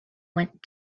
went